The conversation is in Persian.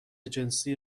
جنسی